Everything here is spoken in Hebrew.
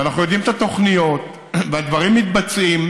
ואנחנו יודעים את התוכניות, והדברים מתבצעים,